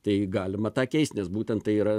tai galima tą keist nes būtent tai yra